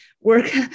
work